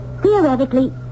Theoretically